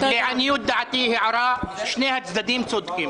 לעניות דעתי שני הצדדים צודקים.